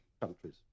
countries